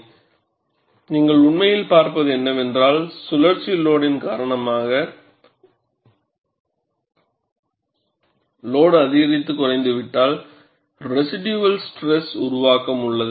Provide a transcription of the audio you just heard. எனவே நீங்கள் உண்மையில் பார்ப்பது என்னவென்றால் சுழற்சி லோடின் காரணமாக லோடு அதிகரித்து குறைந்துவிட்டால் ரிஷிடுயல் ஸ்ட்ரெஸ் உருவாக்கம் உள்ளது